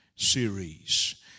Series